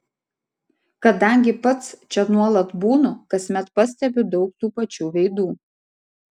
kadangi pats čia nuolat būnu kasmet pastebiu daug tų pačių veidų